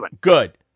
Good